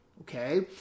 okay